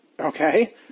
Okay